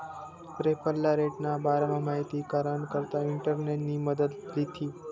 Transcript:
referral रेटना बारामा माहिती कराना करता इंटरनेटनी मदत लीधी